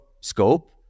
scope